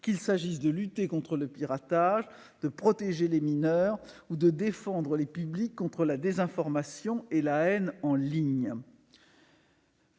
qu'il s'agisse de lutter contre le piratage, de protéger les mineurs ou de défendre les publics contre la désinformation et la haine en ligne.